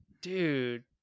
dude